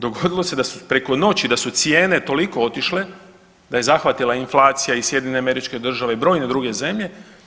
Dogodilo se da su preko noći da su cijene toliko otišle da je zahvatila inflacija i SAD i brojne druge zemlje.